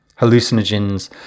Hallucinogens